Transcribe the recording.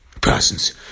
persons